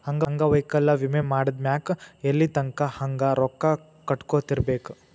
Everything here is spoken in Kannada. ಅಂಗವೈಕಲ್ಯ ವಿಮೆ ಮಾಡಿದ್ಮ್ಯಾಕ್ ಎಲ್ಲಿತಂಕಾ ಹಂಗ ರೊಕ್ಕಾ ಕಟ್ಕೊತಿರ್ಬೇಕ್?